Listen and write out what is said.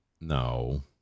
No